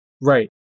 Right